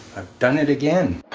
i've done it again